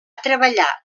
treballar